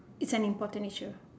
it's an important issue